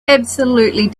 absolutely